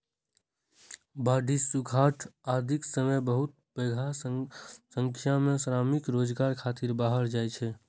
बाढ़ि, सुखाड़ आदिक समय बहुत पैघ संख्या मे श्रमिक रोजगार खातिर बाहर जाइ छै